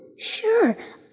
Sure